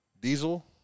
Diesel